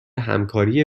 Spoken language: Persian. همکاری